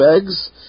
eggs